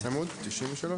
התשמ"א-1981